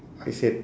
I said